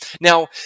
Now